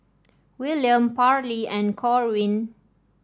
Willaim Parlee and Corwin